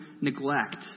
neglect